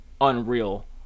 unreal